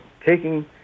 taking